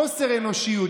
חוסר אנושיות.